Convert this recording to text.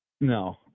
no